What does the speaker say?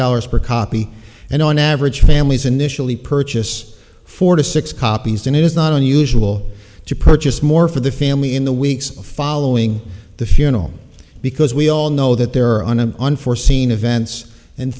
dollars per copy and on average families initially purchase four to six copies and it is not unusual to purchase more for the family in the weeks following the funeral because we all know that there are an unforeseen